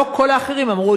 לא כל האחרים אמרו.